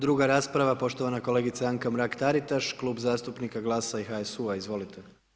Druga rasprava, poštovana kolegica Anka Mrak Taritaš, Klub zastupnika GLAS-a i HSU-a, izvolite.